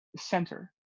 center